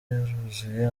yaruzuye